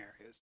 areas